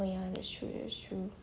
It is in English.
oh ya that's true that's true